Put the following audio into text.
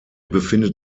befindet